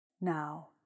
Now